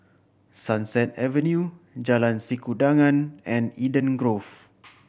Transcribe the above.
Sunset Avenue Jalan Sikudangan and Eden Grove